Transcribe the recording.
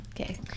Okay